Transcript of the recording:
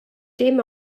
dim